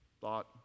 thought